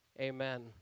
Amen